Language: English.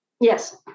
Yes